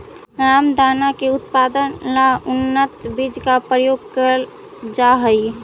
रामदाना के उत्पादन ला उन्नत बीज का प्रयोग करल जा हई